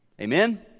Amen